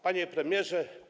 Panie Premierze!